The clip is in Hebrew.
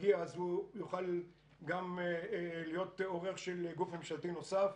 מגיע אז הוא יוכל להיות גם אורח של גוף ממשלתי נוסף.